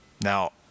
Now